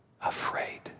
afraid